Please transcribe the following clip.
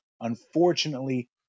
Unfortunately